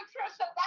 patricia